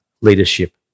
leadership